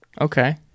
Okay